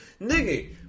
Nigga